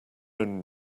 own